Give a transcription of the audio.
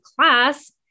class